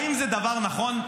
האם זה דבר נכון?